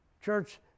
Church